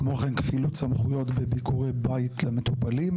כמו כן, כפילות סמכויות בביקורי בית למטופלים.